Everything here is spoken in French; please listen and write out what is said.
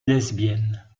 lesbienne